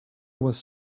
was